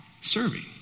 serving